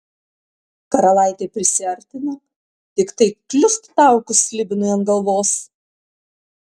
karalaitė prisiartino tiktai kliust taukus slibinui ant galvos